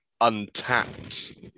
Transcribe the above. untapped